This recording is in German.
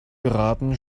beraten